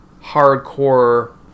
hardcore